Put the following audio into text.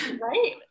Right